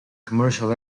commercial